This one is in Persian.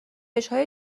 روشهای